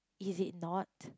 is it not